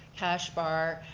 cash bar